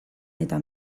eta